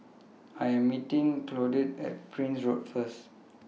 I Am meeting Claudette At Prince Road First